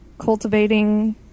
cultivating